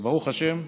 וברוך השם,